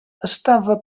estava